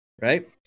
right